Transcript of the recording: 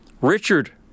Richard